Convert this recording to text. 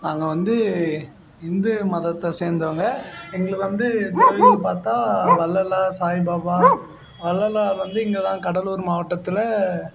நாங்கள் வந்து இந்து மதத்தை சேர்ந்தவங்க எங்களுக்கு வந்து துறவிகள் பார்த்தா வள்ளலார் சாய்பாபா வள்ளலார் வந்து இங்கே தான் கடலூர் மாவட்டத்தில்